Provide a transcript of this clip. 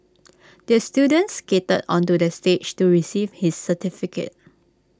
the student skated onto the stage to receive his certificate